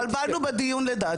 התבלבלנו בדיון לדעתי.